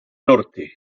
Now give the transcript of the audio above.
norte